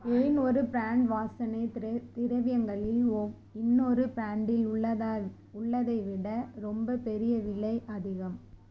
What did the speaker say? ஏன் ஒரு ப்ராண்ட் வாசனை திரவி திரவியங்களின் ஒ இன்னொரு ப்ராண்டில் உள்ளதா உள்ளதை விட ரொம்ப பெரிய விலை அதிகம்